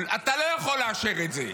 אתה לא יכול לאשר את זה.